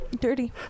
Dirty